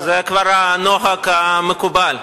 זה כבר הנוהג המקובל.